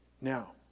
Now